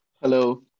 Hello